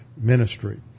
ministry